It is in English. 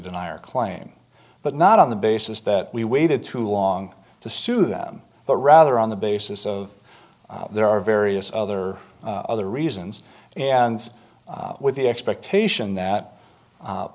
deny or claim but not on the basis that we waited too long to sue them but rather on the basis of there are various other other reasons and with the expectation that